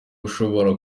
ushobora